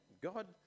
god